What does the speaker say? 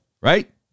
right